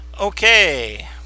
Okay